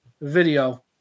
video